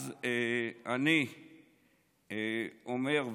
אז אני אומר,